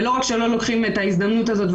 ולא רק שלא לוקחים את ההזדמנות הזאת,